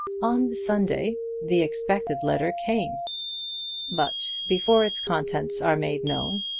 on the sunday the expected letter came but before its contents are made known,